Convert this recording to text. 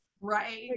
Right